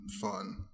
fun